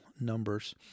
numbers